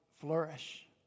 flourish